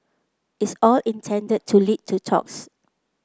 it's all intended to lead to talks